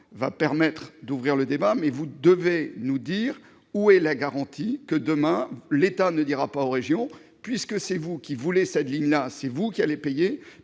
vont permettre d'ouvrir le débat. Mais vous devez nous dire où est la garantie que, demain, l'État ne dira pas aux régions :« Puisque c'est vous qui voulez cette ligne-là, c'est vous qui allez payer.